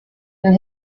and